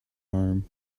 arm